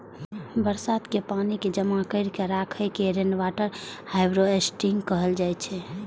बरसात के पानि कें जमा कैर के राखै के रेनवाटर हार्वेस्टिंग कहल जाइ छै